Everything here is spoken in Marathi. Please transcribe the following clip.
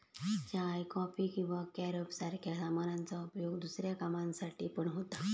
चाय, कॉफी किंवा कॅरब सारख्या सामानांचा उपयोग दुसऱ्या कामांसाठी पण होता